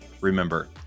Remember